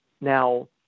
Now